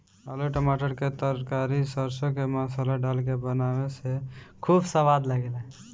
आलू टमाटर के तरकारी सरसों के मसाला डाल के बनावे से खूब सवाद लागेला